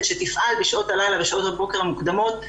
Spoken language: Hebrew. שתפעל בשעות הלילה ושעות הבוקר המוקדמות,